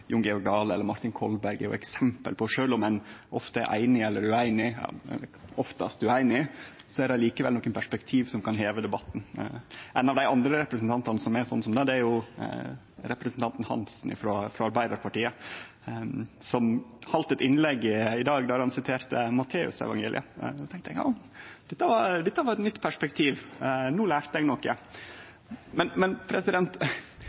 Jon Georg Dale og Martin Kolberg er eksempel på det. Sjølv om ein kan vere einig eller ueinig – oftast ueinig – er det likevel nokre perspektiv som kan heve debatten. Ein annen representant som er slik, er Svein Roald Hansen frå Arbeidarpartiet, som heldt eit innlegg i dag der han siterte frå Matteusevangeliet. Då tenkte eg at det var eit nytt perspektiv, no